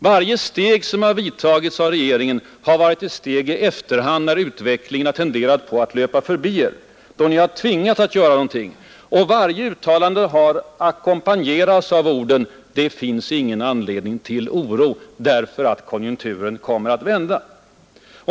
Varje steg som vidtagits av regeringen har varit ett steg i efterhand, när utvecklingen tenderat att löpa förbi er, då ni har tvingats att göra någonting. Varje uttalande har ackompanjerats av orden: Det finns ingen anledning till oro. Konjunkturen kommer att vända.